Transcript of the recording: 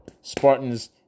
Spartans